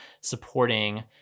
supporting